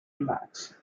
relax